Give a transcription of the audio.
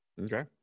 Okay